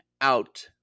out